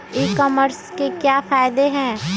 ई commerce के क्या फायदे हैं?